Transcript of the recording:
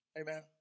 Amen